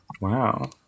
Wow